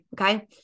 okay